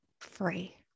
free